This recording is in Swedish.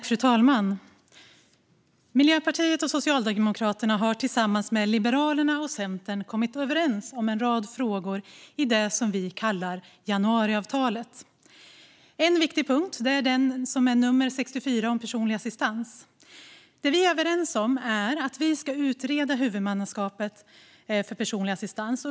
Fru talman! Miljöpartiet och Socialdemokraterna har tillsammans med Liberalerna och Centern kommit överens om en rad frågor i det som vi kallar januariavtalet. En viktig punkt är nummer 64 om personlig assistans. Det som vi är överens om är att vi ska utreda huvudmannaskapet för personlig assistans.